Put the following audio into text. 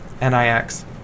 N-I-X